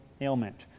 ailment